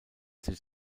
sich